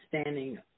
standing